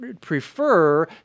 prefer